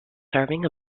serving